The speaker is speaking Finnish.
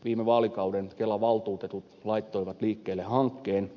viime vaalikauden kela valtuutetut laittoivat liikkeelle hankkeen